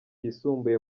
yisumbuye